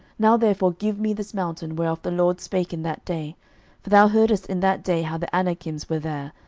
now therefore give me this mountain, whereof the lord spake in that day for thou heardest in that day how the anakims were there,